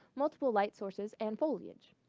multiple light sources, and foliage.